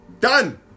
done